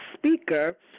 Speaker